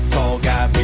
tall guy,